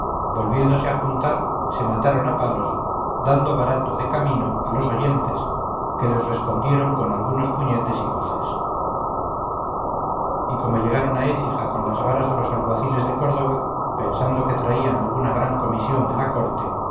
volviéndose a juntar se mataron a palos dando barato de camino a los oyentes que les respondieron con algunos puñetes y coces y como llegaron a écija con las varas de los alguaciles de córdoba pensando que traían alguna gran comisión de la corte